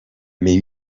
mais